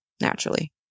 naturally